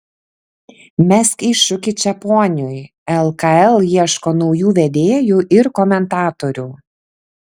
mesk iššūkį čeponiui lkl ieško naujų vedėjų ir komentatorių